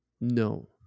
No